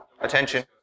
attention